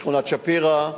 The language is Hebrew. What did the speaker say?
שכונת-שפירא.